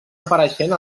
apareixent